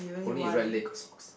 only his right leg got socks